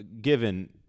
given